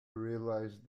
realized